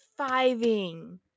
fiving